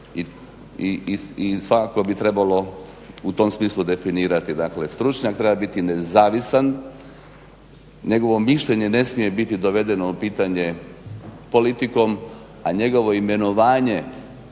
i svakako bi trebalo u tom smislu definirati. Dakle stručnjak treba biti nezavisan, njegovo mišljenje ne smije biti dovedeno u pitanje politikom, a njegovo imenovanje